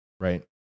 right